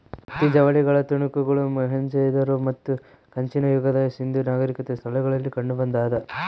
ಹತ್ತಿ ಜವಳಿಗಳ ತುಣುಕುಗಳು ಮೊಹೆಂಜೊದಾರೋ ಮತ್ತು ಕಂಚಿನ ಯುಗದ ಸಿಂಧೂ ನಾಗರಿಕತೆ ಸ್ಥಳಗಳಲ್ಲಿ ಕಂಡುಬಂದಾದ